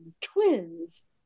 twins